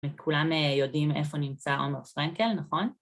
וכולם יודעים איפה נמצא עומר פרנקל, נכון?